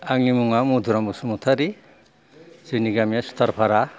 आंनि मुङा मदुराम बसुमतारी जोंनि गामिया सुथारफारा